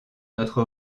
notre